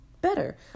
better